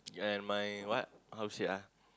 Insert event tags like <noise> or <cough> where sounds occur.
<noise> and my what how to say ah